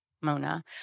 Mona